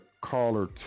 caller